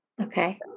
Okay